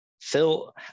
Phil